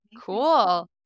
cool